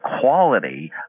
quality